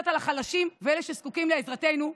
על החלשים ועל אלה שזקוקים לעזרתנו,